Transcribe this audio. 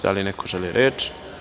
Da li neko želi reč?